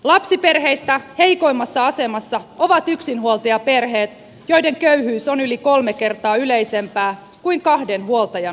lapsiperheistä heikoimmassa asemassa ovat yksinhuoltajaperheet joiden köyhyys on yli kolme kertaa yleisempää kuin kahden huoltajan lapsiperheiden